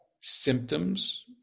symptoms